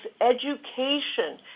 education